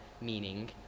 meaning